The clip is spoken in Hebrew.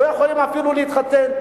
לא יכולים אפילו להתחתן,